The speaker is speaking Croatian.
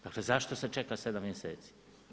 Dakle, zašto se čeka 7 mjeseci?